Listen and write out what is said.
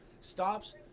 stops